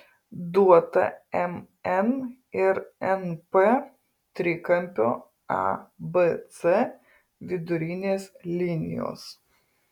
duota mn ir np trikampio abc vidurinės linijos